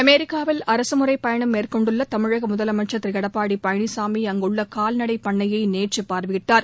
அமெரிக்காவில் அரசுமுறைப் பயணம் மேற்கொண்டுள்ள தமிழக முதலமைச்சர் திரு எடப்பாடி பழனிசாமி அங்குள்ள கால்நடைப் பண்ணையை நேற்று பார்வையிட்டார்